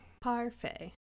Parfait